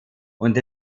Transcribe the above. und